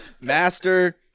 Master